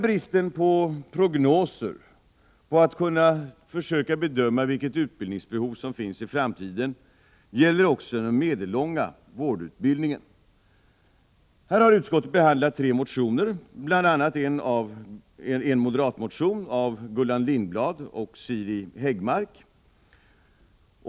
Bristen på prognoser för att bedöma vilka utbildningsbehov som finns i framtiden gäller också den medellånga vårdutbildningen. Här har utskottet behandlat tre motioner, bl.a. en moderatmotion av Gullan Lindblad och Siri Häggmark.